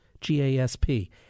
G-A-S-P